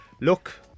look